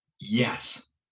Yes